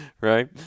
right